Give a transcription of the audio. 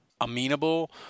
amenable